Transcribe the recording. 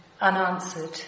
unanswered